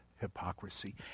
hypocrisy